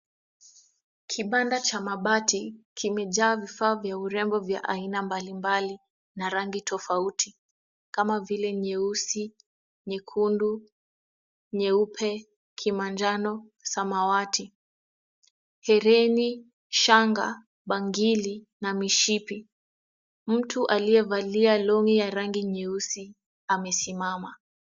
Kibanda cha mabati kimejaa vifaa vya urembo vya aina mbalimbali na rangi tofauti kama vile nyeusi, nyekundu, nyeupe, kimanjano, samawati, hereni, shanga, bangili na mishipi. Mtu aliyevalia long'i ya rangi nyeusi amesimama.